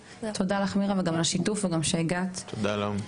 תודה לך מירה, גם על שהגעת וגם על השיתוף.